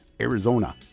Arizona